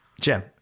Jim